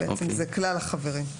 בעצם זה כלל החברים.